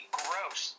gross